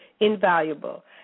invaluable